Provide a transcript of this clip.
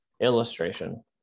illustration